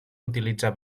utilitzar